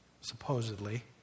supposedly